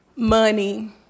money